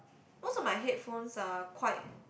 most of my headphones are quite